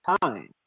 time